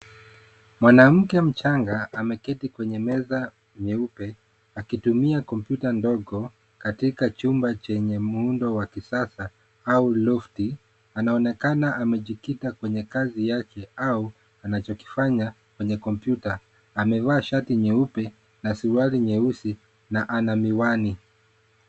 Mwanamke mchanga ameketi kwenye meza nyeupe akitumia kompyuta ndogo, katika chumba chenye muundo wa kisasa, au lofti. Anaonekana amejikita kwenye kazi yake au anachokifanya kwenye kompyuta. Amevaa shati nyeupe na suruali nyeusi na ana miwani.